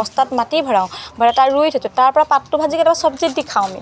বস্তাত মাটি ভৰাওঁ ভৰাই তাত ৰুই থৈ দিওঁ তাৰপা পাতটো ভাজি কেতিয়াবা চবজিত দি খাওঁ আমি